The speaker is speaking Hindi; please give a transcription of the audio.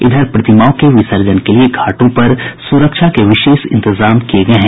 इधर प्रतिमाओं के विसर्जन के लिए घाटों पर सुरक्षा के विशेष इंतजाम किये गये हैं